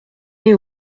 est